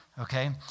Okay